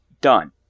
Done